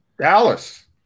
Dallas